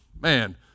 man